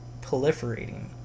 proliferating